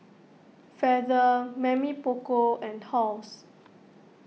Feather Mamy Poko and Halls